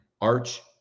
Arch